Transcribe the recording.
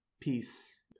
peace